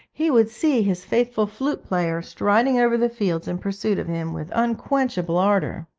he would see his faithful flute-player striding over the fields in pursuit of him with unquenchable ardour.